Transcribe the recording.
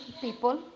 people